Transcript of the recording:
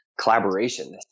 collaboration